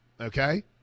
Okay